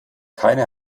keine